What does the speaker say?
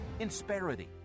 insperity